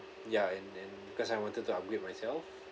ya and then because I wanted to upgrade myself